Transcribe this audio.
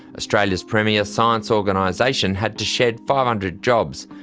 australia's premier science organisation had to shed five hundred jobs,